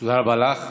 תודה רבה לך.